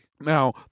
Now